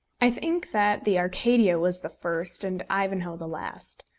i think that the arcadia was the first, and ivanhoe the last.